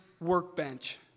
workbench